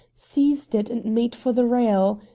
seized it and made for the rail.